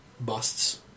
busts